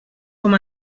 com